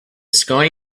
sky